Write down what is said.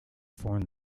form